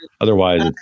otherwise